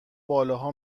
بالاها